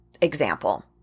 example